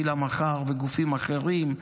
"בשביל המחר" וגופים אחרים,